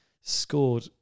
scored